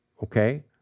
Okay